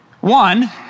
One